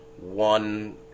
one